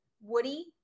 Woody